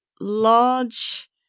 large